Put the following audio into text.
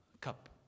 cup